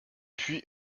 puis